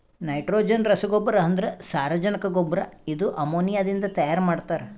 nitrogen ರಸಗೊಬ್ಬರ ಅಂದ್ರ ಸಾರಜನಕ ಗೊಬ್ಬರ ಇದು ಅಮೋನಿಯಾದಿಂದ ತೈಯಾರ ಮಾಡ್ತಾರ್